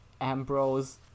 Ambrose